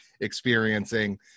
experiencing